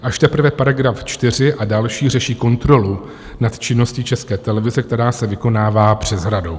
Až teprve § 4 a další řeší kontrolu nad činností České televize, která se vykonává přes radu.